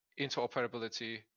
interoperability